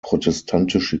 protestantische